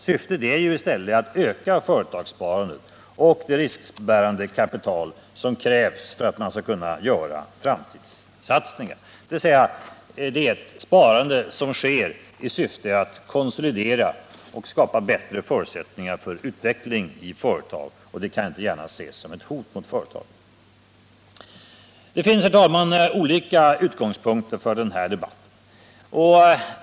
Syftet är ju i stället att öka företagssparandet och det riskbärande kapital som krävs för att man skall kunna göra framtida satsningar, dvs. det är ett sparande som sker i syfte att konsolidera företagen och skapa bättre förutsättningar för utveckling. Det kan inte gärna ses som ett hot mot näringslivet. Det finns, herr talman, olika utgångspunkter för den här debatten.